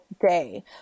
day